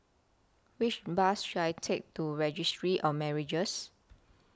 Which Bus should I Take to Registry of Marriages